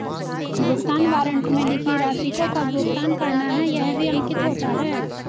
भुगतान वारन्ट में लिखी राशि को कब भुगतान करना है यह भी अंकित होता है